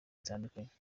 zitandukanye